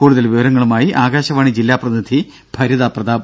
കൂടുതൽ വിവരങ്ങളുമായി ആകാശവാണി ജില്ലാ പ്രതിനിധി ഭരിത പ്രതാപ്